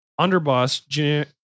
underboss